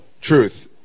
truth